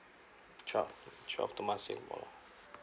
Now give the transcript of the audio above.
twelve twelve temasek boulevard